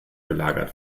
gelagert